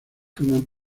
forman